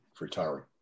retiring